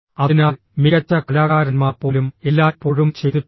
അതിനാൽ മികച്ച കലാകാരന്മാർ പോലും എല്ലായ്പ്പോഴും ചെയ്തിട്ടുണ്ട്